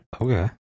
Okay